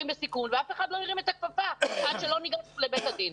בסיכון ואף אחד לא הרים את הכפפה עד שלא ניגשנו לבית הדין,